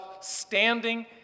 standing